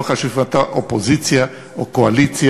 לא חשוב אם אתה אופוזיציה או קואליציה,